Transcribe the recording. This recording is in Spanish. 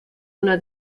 una